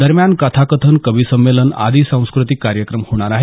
दरम्यान कथाकथन कवी संमेलन आदी सांस्कृतिक कार्यक्रम होणार आहेत